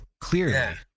clearly